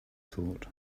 thought